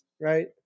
right